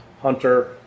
hunter